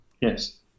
Yes